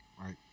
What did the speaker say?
Right